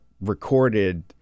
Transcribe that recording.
recorded